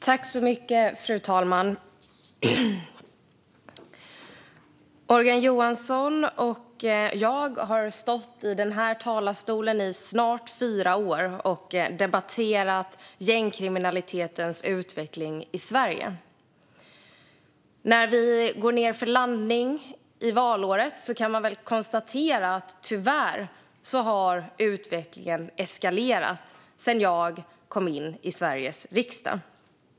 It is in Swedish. Fru talman! Morgan Johansson och jag har mötts här i kammaren under snart fyra år och debatterat gängkriminalitetens utveckling i Sverige. När vi går ned för landning i valåret kan jag konstatera att utvecklingen sedan jag kom in i riksdagen tyvärr har eskalerat.